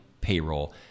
payroll